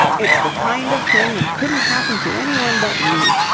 it's the kind of thing that couldn't happen to anyone but me.